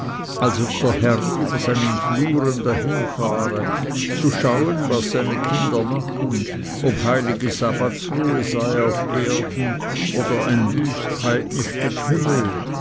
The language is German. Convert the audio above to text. als ob der herr über seinen fluren dahinfahre zu schauen was seine kinder machen ob heilige sabbatsruhe sei auf erden oder ein wüst heidnisch getümmel